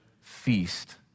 feast